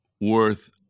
worth